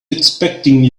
expecting